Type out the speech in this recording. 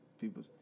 People